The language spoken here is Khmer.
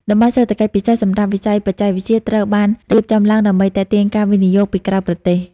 តំបន់សេដ្ឋកិច្ចពិសេសសម្រាប់វិស័យបច្ចេកវិទ្យាត្រូវបានរៀបចំឡើងដើម្បីទាក់ទាញការវិនិយោគពីក្រៅប្រទេស។